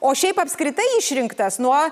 o šiaip apskritai išrinktas nuo